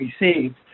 received